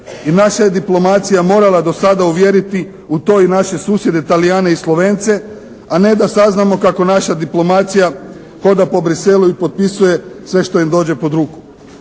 i naša je diplomacija morala do sada uvjeriti u to i naše susjede Talijane i Slovence, a ne da saznamo kako naša diplomacija hoda po Bruxellesu i potpisuje sve što im dođe pod ruku.